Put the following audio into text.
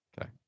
Okay